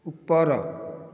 ଉପର